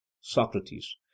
Socrates